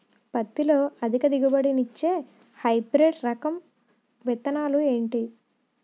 పత్తి లో అధిక దిగుబడి నిచ్చే హైబ్రిడ్ రకం విత్తనాలు ఏంటి